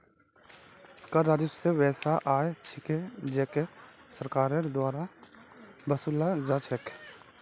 कर राजस्व वैसा आय छिके जेको सरकारेर द्वारा वसूला जा छेक